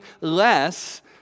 less